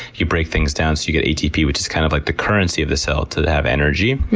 you break things down so you get atp which is kind of like the currency of the cell, to have energy.